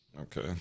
Okay